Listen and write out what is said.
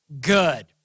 good